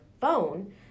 phone